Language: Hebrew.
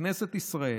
כנסת ישראל,